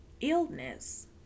illness